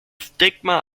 stigma